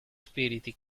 spiriti